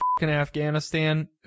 Afghanistan